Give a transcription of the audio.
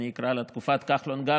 אני אקרא לה תקופת כחלון-גלנט,